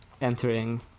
entering